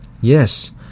Yes